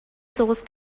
соҕус